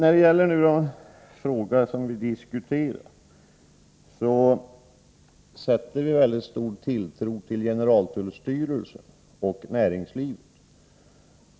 Ja, beträffande den fråga som vi diskuterar sätter vi mycket stor tilltro till generaltullstyrelsen och näringslivet.